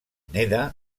neda